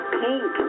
pink